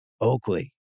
Oakley